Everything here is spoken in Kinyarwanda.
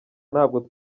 ntabwo